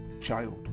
child